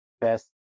best